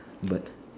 bird